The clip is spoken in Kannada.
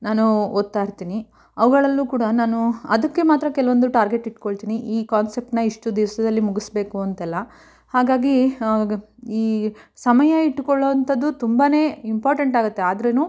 ನಾನು ಓದ್ತಾ ಇರ್ತೀನಿ ಅವುಗಳಲ್ಲೂ ಕೂಡ ನಾನು ಅದಕ್ಕೆ ಮಾತ್ರ ಕೆಲವೊಂದು ಟಾರ್ಗೆಟ್ ಇಟ್ಕೊಳ್ತೀನಿ ಈ ಕಾನ್ಸೆಪ್ಟನ್ನು ಇಷ್ಟು ದಿವಸದಲ್ಲಿ ಮುಗಿಸಬೇಕು ಅಂತೆಲ್ಲ ಹಾಗಾಗಿ ಈ ಸಮಯ ಇಟ್ಕೊಳ್ಳುವಂಥದ್ದು ತುಂಬಾ ಇಂಪಾರ್ಟೆಂಟ್ ಆಗುತ್ತೆ ಆದ್ರೂ